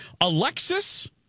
Alexis